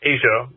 Asia